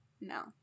No